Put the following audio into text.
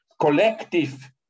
collective